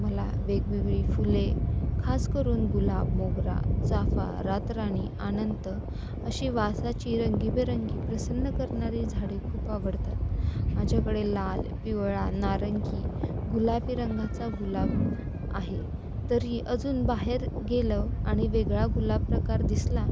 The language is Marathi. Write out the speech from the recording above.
मला वेगवेगळी फुले खास करून गुलाब मोगरा चाफा रातराणी अनंत अशी वासाची रंगीबेरंगी प्रसन्न करणारी झाडे खूप आवडतात माझ्याकडे लाल पिवळा नारंगी गुलाबी रंगाचा गुलाब आहे तरी अजून बाहेर गेलं आणि वेगळा गुलाब प्रकार दिसला